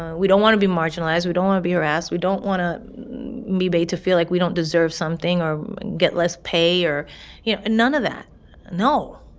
we don't want to be marginalized. we don't want to be harassed. we don't want to be made to feel like we don't deserve something or get less pay or you know, none of that no,